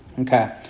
Okay